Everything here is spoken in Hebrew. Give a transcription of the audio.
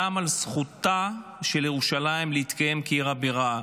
גם על זכותה של ירושלים להתקיים כעיר הבירה,